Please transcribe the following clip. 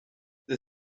the